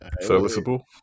serviceable